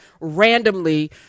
randomly